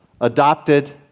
adopted